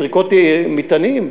בזריקות מטענים?